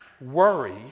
worry